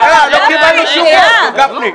--- לא קיבלנו תשובות, גפני.